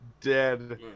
dead